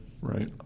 Right